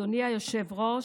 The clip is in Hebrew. אדוני היושב-ראש,